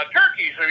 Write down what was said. turkeys